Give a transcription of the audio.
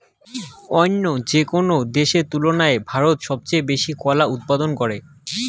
অইন্য যেকোনো দেশের তুলনায় ভারত সবচেয়ে বেশি কলা উৎপাদন করে